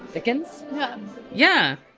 dickens? yeah yeah!